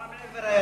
מה עם עבר-הירדן,